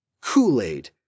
Kool-Aid